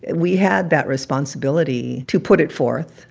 we had that responsibility to put it forth.